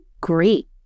great